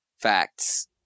facts